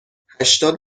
هشتاد